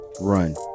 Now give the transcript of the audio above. RUN